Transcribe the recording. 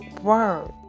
word